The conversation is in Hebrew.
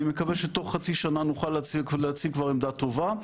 אני מקווה שתוך חצי שנה נוכל להציג כבר עמדה טובה,